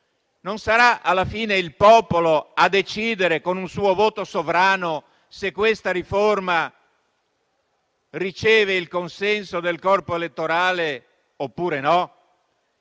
non sarà alla fine il popolo a decidere con un suo voto sovrano se questa riforma riceve il consenso del corpo elettorale oppure no?